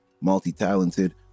multi-talented